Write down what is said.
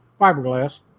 Fiberglass